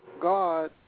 God